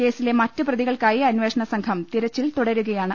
കേസിലെ മറ്റുപ്രതികൾക്കായി അന്വേഷണസംഘം തിരച്ചിൽ തുടരുകയാണ്